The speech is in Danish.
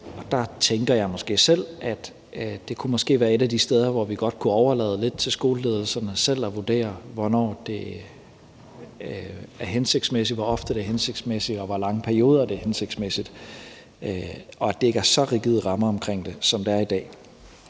Og der tænker jeg selv, at det måske kunne være et af de steder, hvor vi godt kunne overlade det lidt til skoleledelserne selv at vurdere, hvor ofte det er hensigtsmæssigt, og i hvor lange perioder det er hensigtsmæssigt, og at der ikke er så rigide rammer omkring det, som der er i dag.